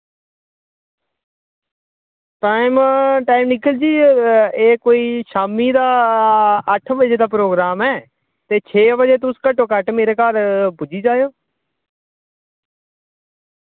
time time Nikhil ji एह् कोई शाम्मी दा अट्ठ बजे दा प्रोग्राम ऐ ते छे बजे तुस घट्टो घट्ट मेरे घर पुज्जी जायो